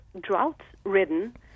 drought-ridden